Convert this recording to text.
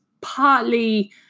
partly